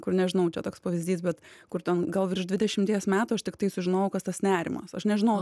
kur nežinau čia toks pavyzdys bet kur ten gal virš dvidešimties metų aš tiktai sužinojau kas tas nerimas aš nežinojau